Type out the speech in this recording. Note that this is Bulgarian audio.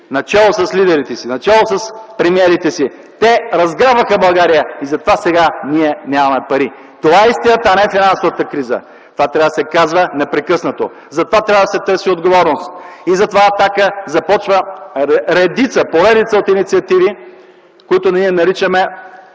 начело с лидерите си, начело с премиерите си. Те разграбваха България и затова сега нямаме пари. Това е истината, а не финансовата криза. Това трябва да се казва непрекъснато, за това трябва да се търси отговорност. „Атака” започва поредица от инициативи, които ние наричаме